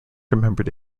remembered